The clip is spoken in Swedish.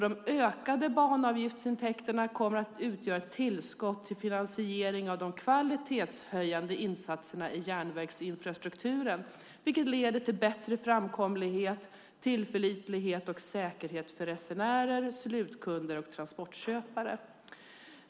De ökade banavgiftsintäkterna kommer att utgöra ett tillskott till finansieringen av de kvalitetshöjande insatserna i järnvägsinfrastrukturen, vilket leder till bättre framkomlighet, tillförlitlighet och säkerhet för resenärer, slutkunder och transportköpare.